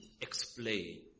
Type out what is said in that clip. explain